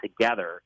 together